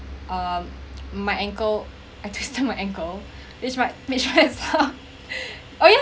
um my ankle I twist to my ankle is right is right ah okay lah